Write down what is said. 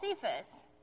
Cephas